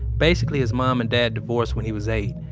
basically, his mom and dad divorced when he was eight.